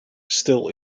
still